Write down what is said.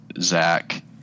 Zach